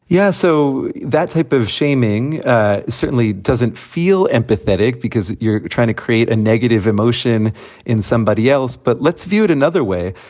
yeah. so that type of shaming ah certainly doesn't feel empathetic because you're trying to create a negative emotion in somebody else. but let's view it another way.